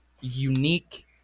unique